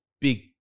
big